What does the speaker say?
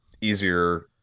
easier